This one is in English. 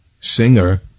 singer